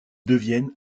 deviennent